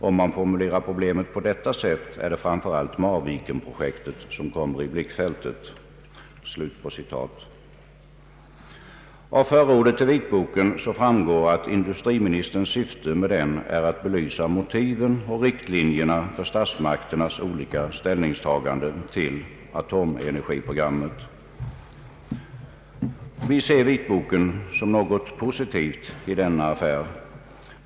Om man formulerar problemet på detta sätt är det framför allt Marvikenprojektet som kommer i blickfältet.” Av förordet till vitboken framgår att industriministerns syfte med den är att belysa motiven och riktlinjerna för statsmakternas olika ställningstaganden till atomenergiprogrammet. Vi ser vitboken som något positivt i denna affär.